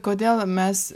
kodėl mes